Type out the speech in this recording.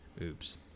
oops